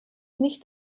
nicht